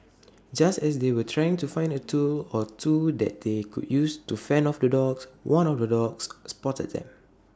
just as they were trying to find A tool or two that they could use to fend off the dogs one of the dogs spotted them